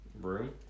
room